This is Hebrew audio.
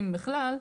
אם בכלל,